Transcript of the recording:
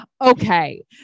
Okay